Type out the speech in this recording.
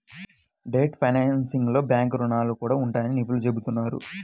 debt ఫైనాన్సింగ్లో bank రుణాలు కూడా ఉంటాయని నిపుణులు చెబుతున్నారు